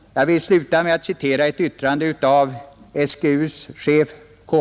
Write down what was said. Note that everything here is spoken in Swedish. Jag slutar med att citera ett yttrande av SGU:s chef, K.